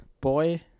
Boy